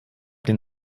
den